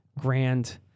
grand